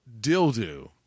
dildo